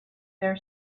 their